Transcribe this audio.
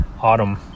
Autumn